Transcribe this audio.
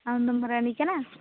ᱟᱢᱫᱚᱢ ᱨᱟᱱᱤ ᱠᱟᱱᱟ